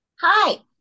Hi